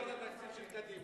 אתה חיברת את התקציב של קדימה.